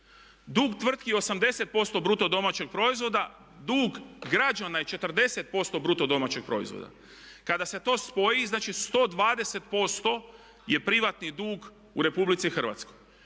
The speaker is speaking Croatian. Dug tvrtki 80% bruto domaćeg proizvoda, dug građana je 40% bruto domaćeg proizvoda. Kada se to spoji, znači 120% je privatni dug u RH. To je kada se